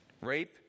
rape